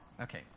okay